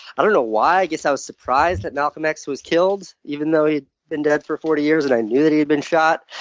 i don't know why. i guess i was surprised that malcolm x was killed, even though he'd been dead for forty years and i knew that he had been shot.